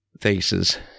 faces